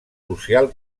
social